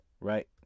right